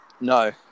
no